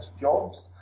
jobs